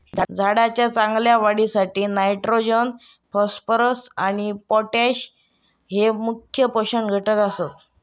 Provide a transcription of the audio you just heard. झाडाच्या चांगल्या वाढीसाठी नायट्रोजन, फॉस्फरस आणि पोटॅश हये मुख्य पोषक घटक आसत